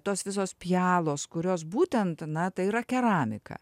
tos visos pjealos kurios būtent na tai yra keramika